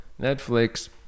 Netflix